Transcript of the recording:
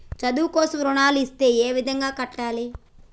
చదువు కోసం రుణాలు ఇస్తే ఏ విధంగా కట్టాలి?